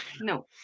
no